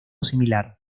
similar